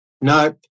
nope